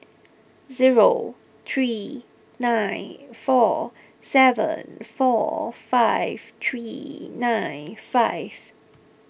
zero three nine four seven four five three nine five